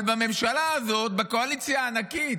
אבל בממשלה הזו, בקואליציה הענקית,